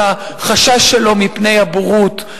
על החשש שלו מפני הבורות,